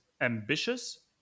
ambitious